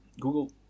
Google